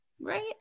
Right